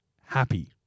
happy